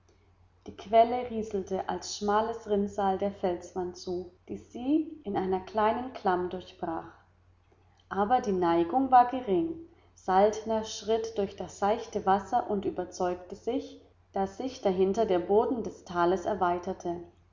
die quelle rieselte als schmales rinnsal der felswand zu die sie in einer kleinen klamm durchbrach aber die neigung war gering saltner schritt durch das seichte wasser und überzeugte sich daß sich dahinter der boden des tales erweiterte